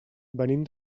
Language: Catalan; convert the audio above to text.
venim